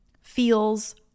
feels